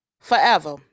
forever